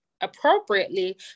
appropriately